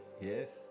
yes